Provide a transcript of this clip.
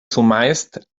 zumeist